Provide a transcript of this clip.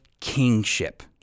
kingship